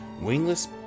wingless